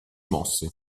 mosse